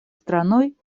страной